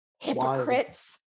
hypocrites